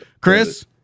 chris